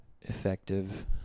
Effective